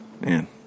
Man